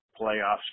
playoffs